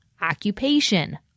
occupation